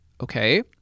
okay